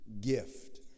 gift